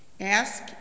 Ask